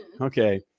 Okay